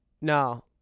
No